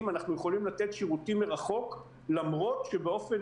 אנחנו יכולים לתת שירותים מרחוק למרות שבאופן